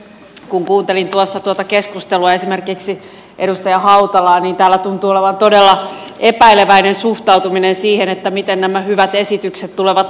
kun kuuntelin tuossa tuota keskustelua esimerkiksi edustaja hautalaa niin täällä tuntuu olevan todella epäileväinen suhtautuminen siihen miten nämä hyvät esitykset tulevat toteutumaan